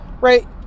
Right